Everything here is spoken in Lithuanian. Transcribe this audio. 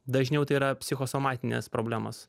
dažniau tai yra psichosomatinės problemos